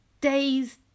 days